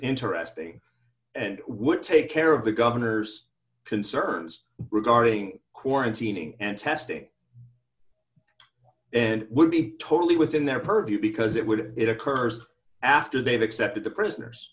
interesting and would take care of the governor's concerns regarding quarantining and testing and would be totally within their purview because it would it occurs after they've accepted the prisoners